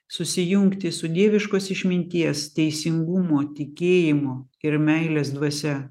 susijungti su dieviškos išminties teisingumo tikėjimo ir meilės dvasia